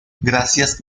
gracias